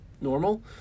normal